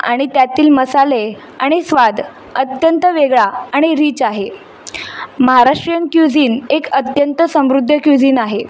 आणि त्यातील मसाले आणि स्वाद अत्यंत वेगळा आणि रीच आहे महाराष्ट्रीयन क्यूझिन एक अत्यंत समृद्ध क्यूझिन आहे